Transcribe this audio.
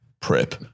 Prep